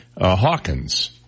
Hawkins